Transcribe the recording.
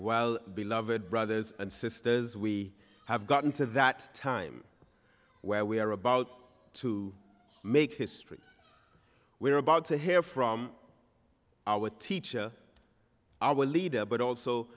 while beloved brothers and sisters we have gotten to that time where we are about to make history we're about to hear from our teacher our leader but also